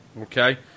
Okay